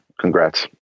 Congrats